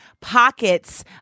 pockets